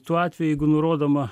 tuo atveju jeigu nurodoma